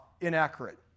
inaccurate